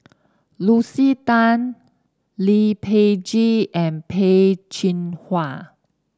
Lucy Tan Lee Peh Gee and Peh Chin Hua